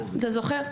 אתה זוכר?